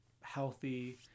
healthy